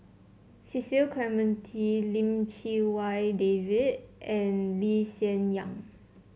Cecil Clementi Lim Chee Wai David and Lee Hsien Yang